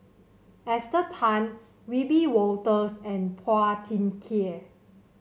Esther Tan Wiebe Wolters and Phua Thin Kiay